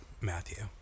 Matthew